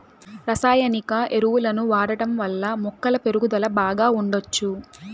రసాయనిక ఎరువులను వాడటం వల్ల మొక్కల పెరుగుదల బాగా ఉండచ్చు